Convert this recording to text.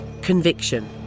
Conviction